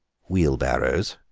wheelbarrows,